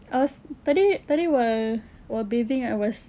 as~ tadi tadi while while bathing I was